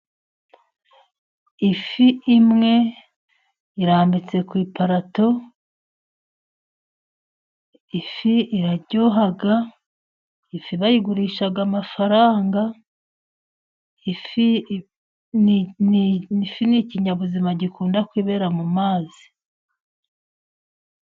Ifi imwe irambitse ku iparato. Ifi iraryoha. Ifi bayigurisha amafaranga. Ifi ni ikinyabuzima gikunda kwibera mu mazi.